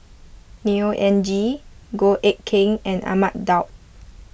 Neo Anngee Goh Eck Kheng and Ahmad Daud